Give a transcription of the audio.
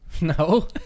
No